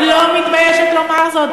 אני לא מתביישת לומר זאת.